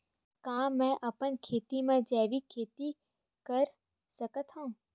का मैं अपन खेत म जैविक खेती कर सकत हंव?